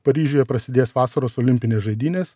paryžiuje prasidės vasaros olimpinės žaidynės